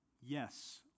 yes